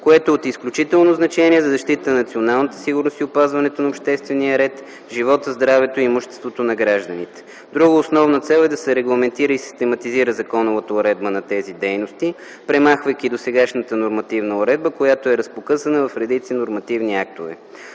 което е от изключително значение за защитата на националната сигурност и опазването на обществения ред, живота, здравето и имуществото на гражданите. Друга основна цел е да се регламентира и систематизира законовата уредба на тези дейности, премахвайки досегашната нормативна уредба, която е разпокъсана в редица нормативни актове.